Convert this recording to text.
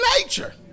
nature